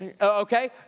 Okay